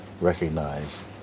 recognize